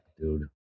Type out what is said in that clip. dude